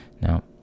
Now